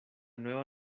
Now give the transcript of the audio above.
nueva